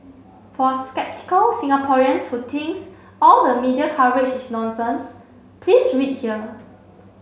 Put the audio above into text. for sceptical Singaporeans who thinks all the media coverage is nonsense please read here